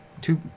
two